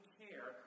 care